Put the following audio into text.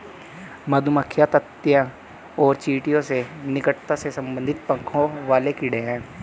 मधुमक्खियां ततैया और चींटियों से निकटता से संबंधित पंखों वाले कीड़े हैं